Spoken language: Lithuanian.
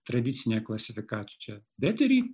tradicinėje klasifikacijoje bet ir į